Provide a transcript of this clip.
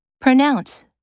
Pronounce